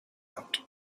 out